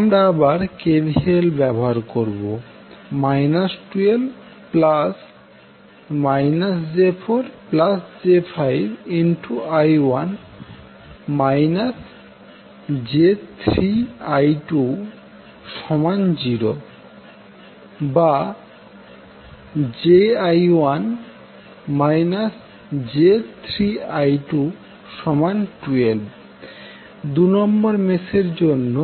আমরা আবার KVL ব্যবহার করব 12 j4j5I1 j3I20⇒jI1 j3I212 2 নম্বর মেসের জন্য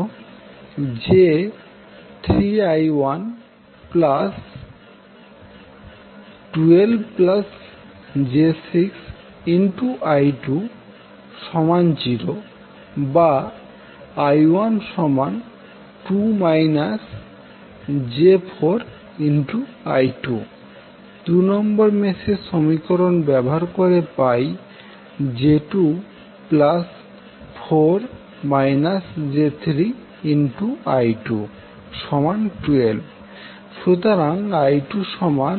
j3I112j6I20⇒I1I2 2 নম্বর মেসের সমীকরণ ব্যবহার করে পাই j24 j3I212 সুতরাং I2124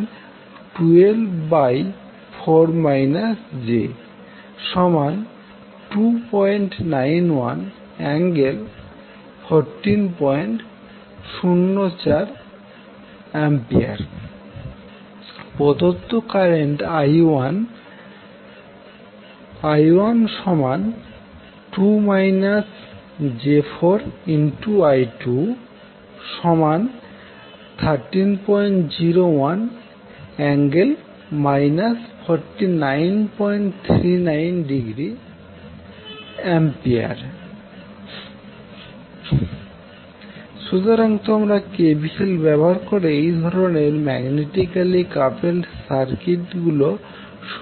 j291∠1404°A প্রদত্ত current I1 I12 j4I21301∠ 4939°A সুতরাং তোমরা KVL ব্যবহার করে এই ধরনের ম্যাগনেটিক্যালি কাপেলড সার্কিট গুলো সমাধান করতে পারবো